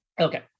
Okay